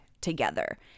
together